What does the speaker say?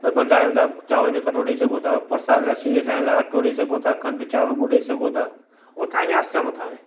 त भंडारे में तव्हां चावंर कटो ॾेई सघो था परसाद लाइ सीरे ठाहिण लाइ अटो ॾेई सघो था खंडु चावंरु ॻुड़ ॾेई सघो था उहो तव्हांजी आस्था मथां आहे